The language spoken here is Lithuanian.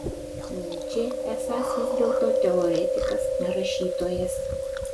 nyčė esąs vis dėlto teoretikas ne rašytojas